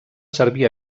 servir